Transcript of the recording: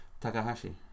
Takahashi